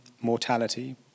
mortality